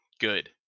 good